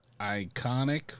iconic